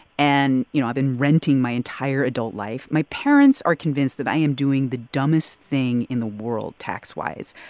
and, you know, i've been renting my entire adult life. my parents are convinced that i am doing the dumbest thing in the world tax-wise.